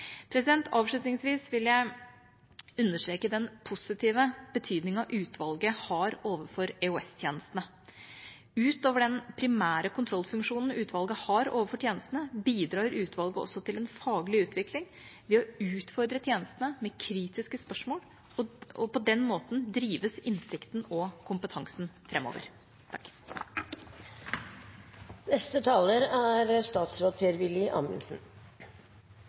Avslutningsvis vil jeg understreke den positive betydningen utvalget har overfor EOS-tjenestene. Utover den primære kontrollfunksjonen utvalget har overfor tjenestene, bidrar utvalget også til en faglig utvikling ved å utfordre tjenestene med kritiske spørsmål, og på den måten drives innsikten og kompetansen framover. Stortinget har i dag to saker til behandling som berører EOS-utvalget. Begge sakene er